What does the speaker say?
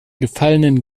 gefallenen